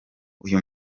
uyu